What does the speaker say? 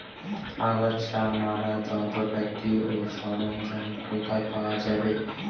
আগাছা মারার যন্ত্রপাতি ও সরঞ্জাম কোথায় পাওয়া যাবে?